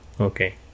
okay